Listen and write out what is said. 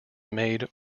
made